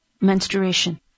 menstruation